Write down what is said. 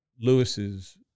Lewis's